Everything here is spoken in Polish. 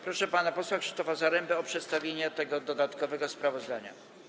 Proszę pana posła Krzysztofa Zarembę o przedstawienie dodatkowego sprawozdania.